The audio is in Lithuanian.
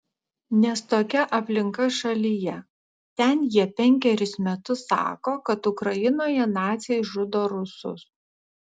nes tokia aplinka šalyje ten jie penkerius metus sako kad ukrainoje naciai žudo rusus